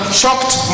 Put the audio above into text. shocked